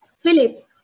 Philip